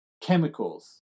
chemicals